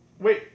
wait